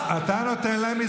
אתה לא גאון.